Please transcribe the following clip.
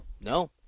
No